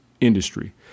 industry